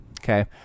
Okay